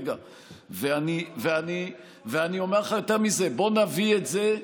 יש רוב לזה.